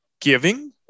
giving